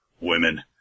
women